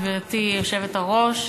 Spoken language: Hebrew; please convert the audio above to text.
גברתי היושבת-ראש,